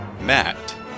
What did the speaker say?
Matt